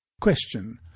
Question